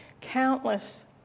countless